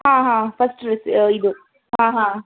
ಆಂ ಹಾಂ ಫಸ್ಟ್ ರಿಸಿ ಇದು ಹಾಂ ಹಾಂ